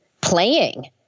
playing